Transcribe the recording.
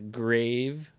grave